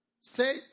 Say